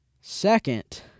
second